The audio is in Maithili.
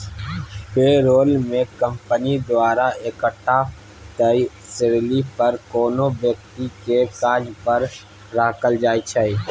पे रोल मे कंपनी द्वारा एकटा तय सेलरी पर कोनो बेकती केँ काज पर राखल जाइ छै